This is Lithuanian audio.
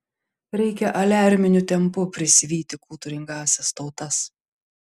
reikia aliarminiu tempu prisivyti kultūringąsias tautas